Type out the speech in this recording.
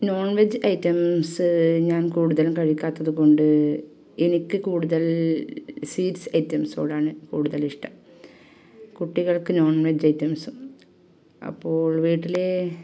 non veg items ഞാൻ കൂടുതലും കഴിക്കാത്തത് കൊണ്ട് എനിക്ക് കൂടുതൽ സ്വീറ്റ്സ് ഐറ്റംസോടാണ് കൂടുതൽ ഇഷ്ടം കുട്ടികൾക്ക് നോൺ വെജ് ഐറ്റംസ് അപ്പോൾ വീട്ടിലെ